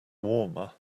warmer